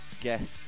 guests